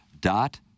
dot